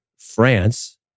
France